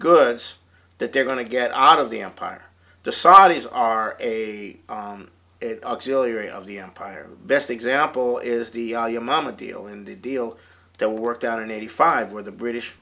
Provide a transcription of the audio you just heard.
goods that they're going to get out of the empire the saudis are a zillion of the empire best example is the all your mama deal in the deal that worked out in eighty five where the british